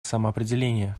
самоопределение